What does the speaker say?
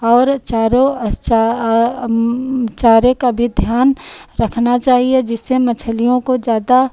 और चारों चारे का भी ध्यान रखना चाहिए जिससे मछलियों को ज़्यादा